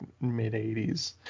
mid-80s